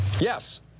Yes